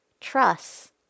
trust